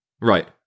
Right